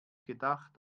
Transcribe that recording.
gedacht